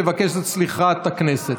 שיבקש את סליחת הכנסת.